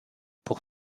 pour